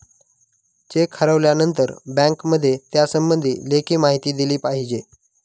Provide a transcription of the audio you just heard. check हरवल्यानंतर बँकेमध्ये त्यासंबंधी लेखी माहिती दिली पाहिजे